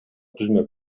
түзмөк